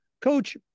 Coach